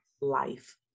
life